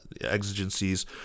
exigencies